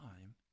time